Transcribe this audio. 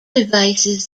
devices